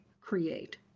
create